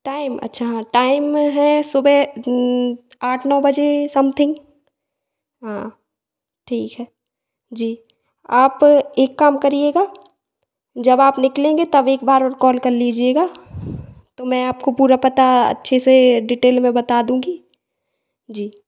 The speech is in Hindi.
टाइम अच्छा हाँ टाइम है सुबह आठ नौ बजे समथिंग हाँ ठीक है जी आप एक काम करिएगा जब आप निकलेंगे तब एक बार और कॉल कर लीजिएगा तो मैं आपको पूरा पता अच्छे से डिटेल में बता दूँगी जी